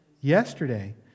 Yesterday